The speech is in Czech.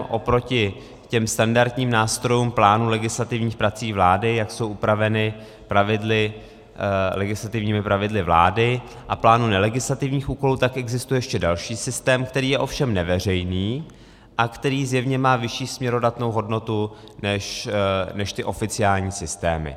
Oproti standardním nástrojům plánu legislativních prací vlády, jak jsou upraveny legislativními pravidly vlády, a plánu nelegislativních úkolů, existuje ještě další systém, který je ovšem neveřejný a který zjevně má vyšší směrodatnou hodnotu než ty oficiální systémy.